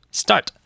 start